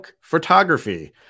photography